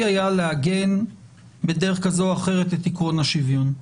היה לעגן בדרך כזו או אחרת את עיקרון השוויון?